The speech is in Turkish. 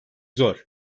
zor